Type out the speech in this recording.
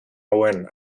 hauen